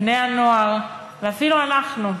בני-הנוער ואפילו אנחנו,